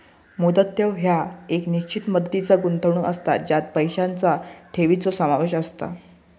मुदत ठेव ह्या एक निश्चित मुदतीचा गुंतवणूक असता ज्यात पैशांचा ठेवीचो समावेश असता